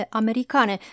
americane